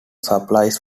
supplies